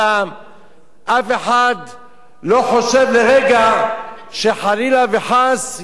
אף אחד לא חושב לרגע שחלילה וחס ייכנסו כל כך